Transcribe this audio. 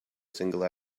single